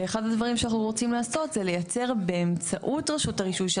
ואחד הדברים שאנחנו רוצים לעשות זה לייצר באמצעות רשות הרישוי של